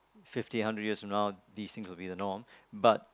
fifty hundred years from now these things will be the norm but